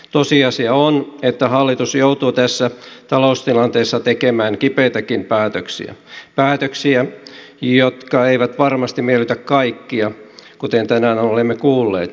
tosiasia on että hallitus joutuu tässä taloustilanteessa tekemään kipeitäkin päätöksiä päätöksiä jotka eivät varmasti miellytä kaikkia kuten tänään olemme kuulleet